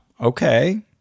okay